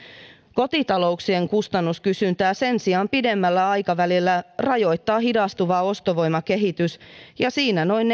kotitalouksien kustannuskysyntää sen sijaan pidemmällä aikavälillä rajoittaa hidastuva ostovoimakehitys ja siinä noin